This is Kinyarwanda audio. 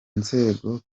nzego